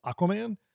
Aquaman